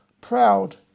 proud